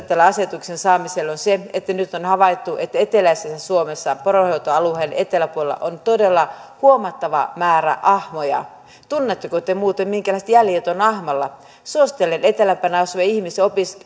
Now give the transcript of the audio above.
tälle asetuksen saamiselle on se että nyt on havaittu että eteläisessä suomessa poronhoitoalueen eteläpuolella on todella huomattava määrä ahmoja tunnetteko te te muuten minkälaiset jäljet on ahmalla suosittelen etelämpänä asuvia ihmisiä